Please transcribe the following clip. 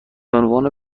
عنوان